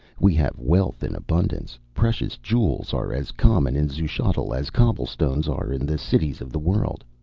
we have wealth in abundance precious jewels are as common in xuchotl as cobblestones are in the cities of the world.